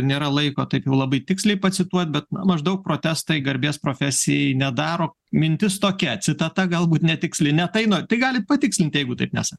nėra laiko taip jau labai tiksliai pacituot bet maždaug protestai garbės profesijai nedaro mintis tokia citata galbūt netikslini ne tai nu tai galit patikslint jeigu taip nesakėt